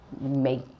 make